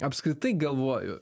apskritai galvoju